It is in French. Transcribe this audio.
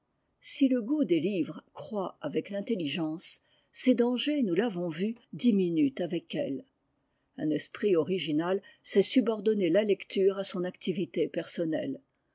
si le goût des livres croît avec l'intelligence ses dangers nous l'avons vu diminuent avec elle un esprit original sait subordonner la lecture à son activité personnelle